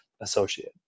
associate